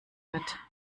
wird